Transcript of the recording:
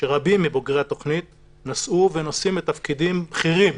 שרבים מבוגרי התכנית נשאו ונושאים בתפקידים בכירים